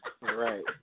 right